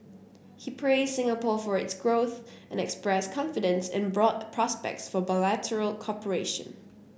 he praised Singapore for its growth and expressed confidence in broad prospects for bilateral cooperation